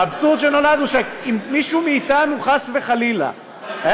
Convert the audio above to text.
האבסורד שנולד הוא שאם מישהו מאתנו חס וחלילה היה